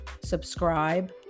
subscribe